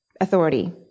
authority